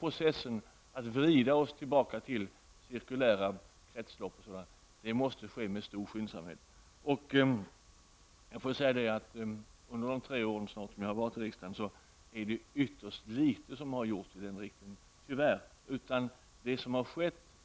Processen att vrida oss tillbaka till cirkulära kretslopp måste ske med stor skyndsamhet. Under mina snart tre år i riksdagen har det tyvärr gjorts ytterst litet i den riktningen.